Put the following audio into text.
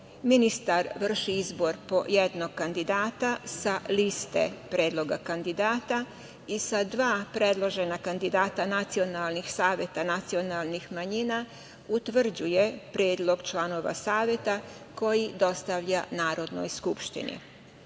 Ministar vrši izbor po jednog kandidata sa liste predloga kandidata i sa dva predložena kandidata nacionalnih saveta nacionalnih manjina utvrđuje predlog članova Saveta, koji dostavlja Narodnoj skupštini. Ovlašćeni